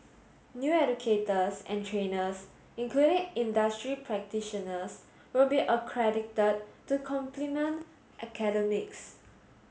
new educators and trainers including industry practitioners will be accredited to complement academics